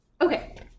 okay